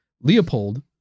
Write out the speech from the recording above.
Leopold